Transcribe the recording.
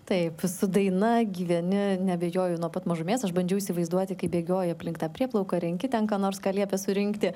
taip su daina gyveni neabejoju nuo pat mažumės aš bandžiau įsivaizduoti kaip bėgioji aplink tą prieplauką renki ten ką nors ką liepia surinkti